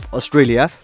Australia